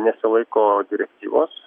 nesilaiko direktyvos